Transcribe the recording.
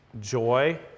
joy